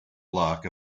block